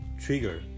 trigger